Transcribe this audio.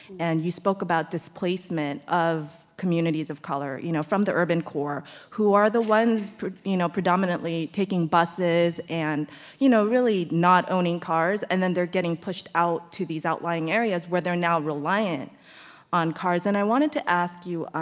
and you spoke about displacement of communities of color you know from the urban core who are the ones you know predominantly taking buses and you know really not owning cars. and then they're getting pushed out to these outlying areas where they're now reliant on cars. and i wanted to ask you